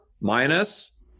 minus